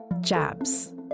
jabs